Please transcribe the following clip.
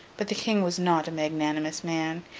but the king was not a magnanimous man.